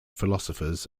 philosophers